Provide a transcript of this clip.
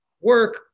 work